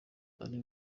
uri